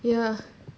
ya